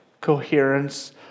coherence